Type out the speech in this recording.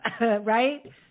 right